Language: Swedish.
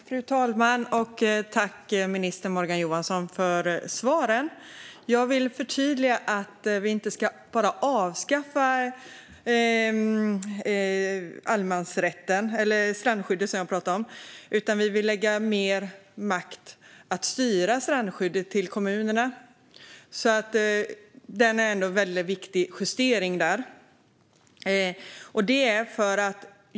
Fru talman! Tack, minister Morgan Johansson, för svaren! Jag vill förtydliga att vi inte ska avskaffa strandskyddet, utan vi vill ge mer makt till kommunerna att styra strandskyddet. Det är en väldigt viktig justering.